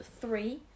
three